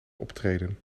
optreden